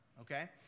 okay